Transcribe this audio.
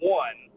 one